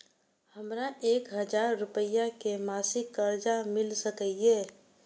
हमरा एक हजार रुपया के मासिक कर्जा मिल सकैये?